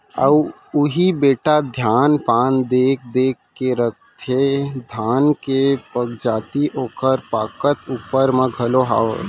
अब उही बेटा धान पान देख देख के रथेगा धान के पगजाति ओकर पाकत ऊपर म घलौ हावय